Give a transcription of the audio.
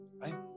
right